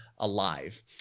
Alive